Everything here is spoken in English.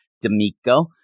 d'amico